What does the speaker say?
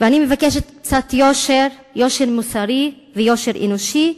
אני מבקשת קצת יושר, יושר מוסרי ויושר אנושי,